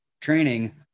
training